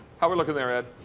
how are we looking there, ed?